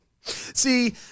See